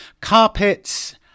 Carpets